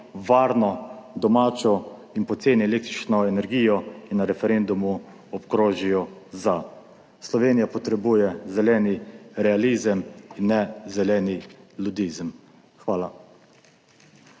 varno, domačo in poceni električno energijo in na referendumu obkrožijo za. Slovenija potrebuje zeleni realizem in ne zelenega ludizma. Hvala.